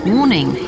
Warning